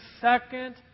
second